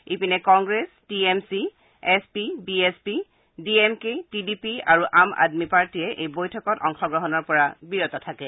ইপিনে Congress T M C S P B S P D M K T D P Aam Aadmi আদমি পাৰ্টীয়ে বৈঠকত অংশগ্ৰহণৰ পৰা বিৰত থাকে